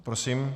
Prosím.